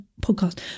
podcast